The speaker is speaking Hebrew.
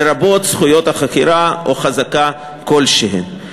לרבות זכויות החכירה או חזקה כלשהן.